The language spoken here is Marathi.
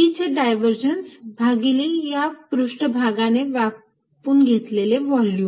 E चे डायव्हर्जन्स भागिले या पृष्ठभागाने व्यापून घेतलेले व्हॉल्युम